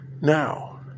Now